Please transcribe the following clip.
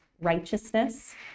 righteousness